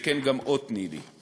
וכן גם אות ניל"י;